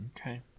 Okay